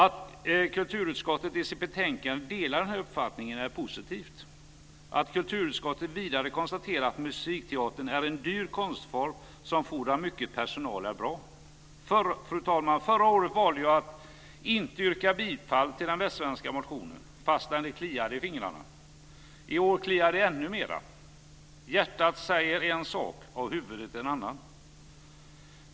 Att kulturutskottet i sitt betänkande delar den här uppfattnningen är positivt. Att kulturutskottet vidare konstaterar att musikteater är en dyr konstform, som fordrar mycket personal, är bra. Fru talman! Förra året valde jag att inte yrka bifall till den västsvenska motionen, fastän det kliade i fingrarna. I år kliar det ännu mera. Hjärtat säger en sak och huvudet en annan.